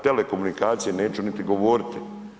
Telekomunikacije neću niti govoriti.